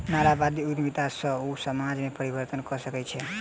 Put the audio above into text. नारीवादी उद्यमिता सॅ ओ समाज में परिवर्तन कय सकै छै